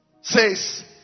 says